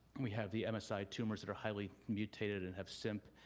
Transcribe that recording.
we have the msi tumors that are highly mutated and have cimp,